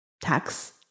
tax